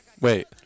Wait